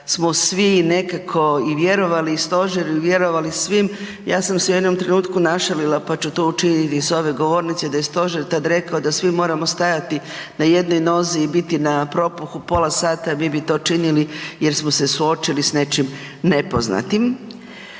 svi nekako i vjerovali i stožer vjerovali svim ja sam se u jednom trenutku našalila pa ću to učiniti i s ove govornice da je stožer tad rekao da svi moramo stajati na jednoj nozi i biti na propuhu pola sata mi bi to činili jer smo se suočili s nečim nepoznatim,